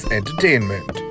Entertainment